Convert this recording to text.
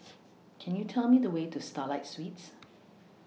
Can YOU Tell Me The Way to Starlight Suites